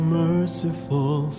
merciful